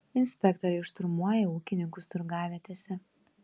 inspektoriai šturmuoja ūkininkus turgavietėse